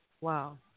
Wow